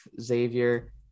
Xavier